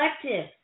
collective